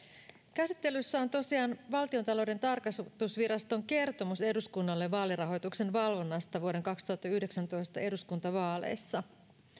käsittelyssä on tosiaan valtiontalouden tarkastusviraston kertomus eduskunnalle vaalirahoituksen valvonnasta vuoden kaksituhattayhdeksäntoista eduskuntavaaleissa